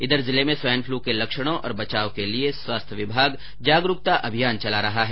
इधर जिले में स्वाइन फ्लू के लक्षणों और बचाव के लिए स्वास्थ्य विभाग जागरूकता अभियान चला रहा है